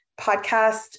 podcast